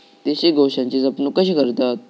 देशी गोवंशाची जपणूक कशी करतत?